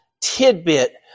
tidbit